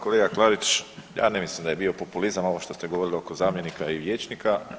Kolega Klarić, ja ne mislim da je bio populizam ovo što ste govorili oko zamjenika i vijećnika.